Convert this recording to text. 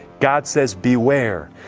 god says beware!